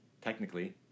technically